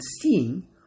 seeing